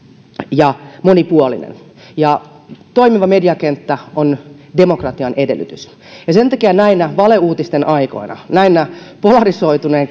ja monipuolinen ja toimiva mediakenttä on demokratian edellytys ja sen takia näinä valeuutisten aikoina näinä polarisoituneen